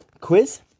quiz